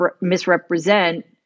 misrepresent